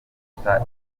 gufata